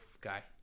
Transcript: guy